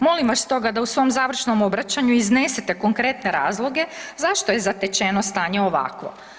Molim vas stoga da u svom završnom obraćanju iznesete konkretne razloge zašto je zatečeno stanje ovakvo?